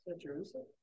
Jerusalem